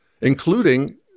including